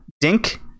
Dink